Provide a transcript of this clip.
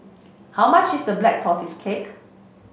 how much is the black tortoise cake